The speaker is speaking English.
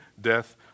death